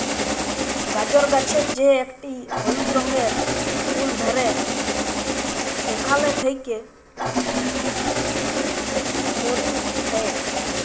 গাজর গাছের যে একটি হলুদ রঙের ফুল ধ্যরে সেখালে থেক্যে মরি হ্যয়ে